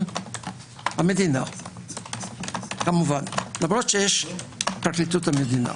המדינה למרות שיש פרקליטות המדינה.